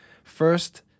First